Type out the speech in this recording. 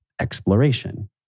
exploration